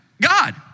God